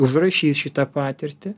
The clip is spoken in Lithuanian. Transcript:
užrašys šitą patirtį